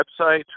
website